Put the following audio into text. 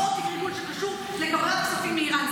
עוד פרשת ריגול שקשורה לקבלת כספים מאיראן.